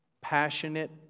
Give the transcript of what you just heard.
passionate